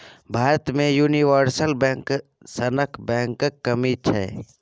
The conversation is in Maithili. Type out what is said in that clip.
भारत मे युनिवर्सल बैंक सनक बैंकक कमी छै